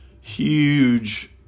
Huge